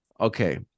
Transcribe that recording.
Okay